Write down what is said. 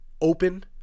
open